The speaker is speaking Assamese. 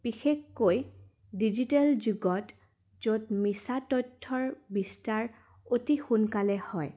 বিশেষকৈ ডিজিটেল যুগত য'ত মিছা তথ্যৰ বিস্তাৰ অতি সোনকালে হয়